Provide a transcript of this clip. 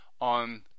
on